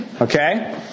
Okay